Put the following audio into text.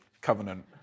Covenant